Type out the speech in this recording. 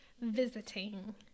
visiting